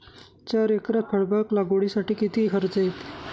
चार एकरात फळबाग लागवडीसाठी किती खर्च येईल?